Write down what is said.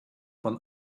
von